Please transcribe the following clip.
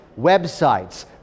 websites